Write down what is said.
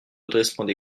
redressement